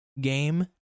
game